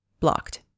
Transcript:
blocked